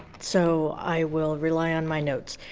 so, i will rely on my notes.